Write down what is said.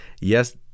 yes